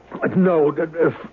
No